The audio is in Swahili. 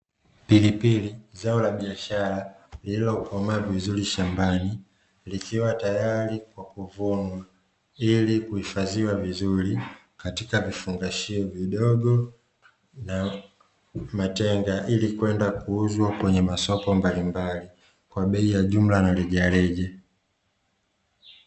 Pilipili, zao la biashara, lililokomaa vizuri shambani, likiwa tayari kwa kuvunwa ili kuhifadhiwa vizuri katika vifungashio vidogo na matenga ili kwenda kuuzwa kwenye masoko mbalimbali kwa bei ya jumla na rejareja .